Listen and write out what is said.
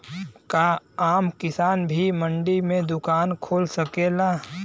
का आम किसान भी मंडी में दुकान खोल सकेला?